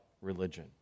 religion